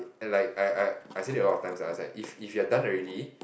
like I I I said it a lot of times ah I was like if if you're done already